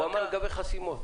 הוא אמר לגבי חסימות.